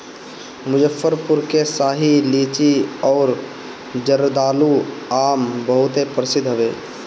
मुजफ्फरपुर के शाही लीची अउरी जर्दालू आम बहुते प्रसिद्ध हवे